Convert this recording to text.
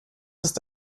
ist